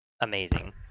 amazing